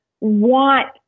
want